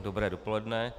Dobré dopoledne.